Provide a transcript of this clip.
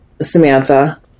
Samantha